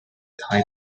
pastry